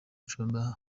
icumbi